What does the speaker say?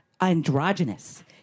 androgynous